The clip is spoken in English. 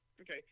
Okay